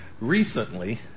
recently